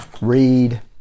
read